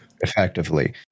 effectively